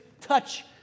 touch